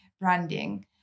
branding